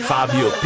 Fabio